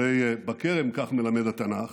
הרי בכרם, כך מלמד התנ"ך,